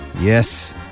Yes